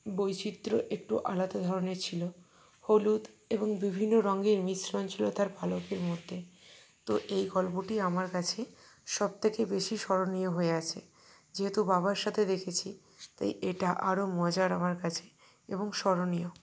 বৈচিত্র্য একটু আলাদা ধরনের ছিল হলুদ এবং বিভিন্ন রঙের মিশ্রণ ছিল তার পালকের মধ্যে তো এই গল্পটি আমার কাছে সবথেকে বেশি স্মরণীয় হয়ে আছে যেহেতু বাবার সাথে দেখেছি তাই এটা আরও মজার আমার কাছে এবং স্মরণীয়